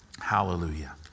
Hallelujah